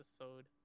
episode